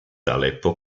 aleppo